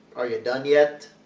are you done yet?